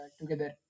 together